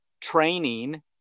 training